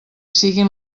siguin